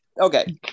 Okay